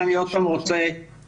ואני עוד פעם רוצה לומר,